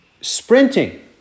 sprinting